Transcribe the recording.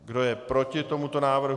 Kdo je proti tomuto návrhu?